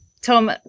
Tom